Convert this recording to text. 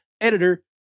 editor